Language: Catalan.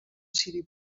ciri